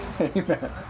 amen